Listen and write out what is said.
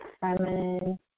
feminine